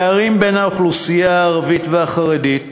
הפערים בין האוכלוסייה הערבית והחרדית